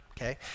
okay